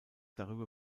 darüber